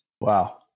Wow